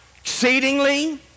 Exceedingly